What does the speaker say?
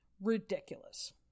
Ridiculous